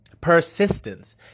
Persistence